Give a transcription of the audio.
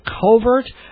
covert